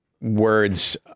words